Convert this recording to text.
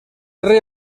rei